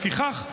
לפיכך,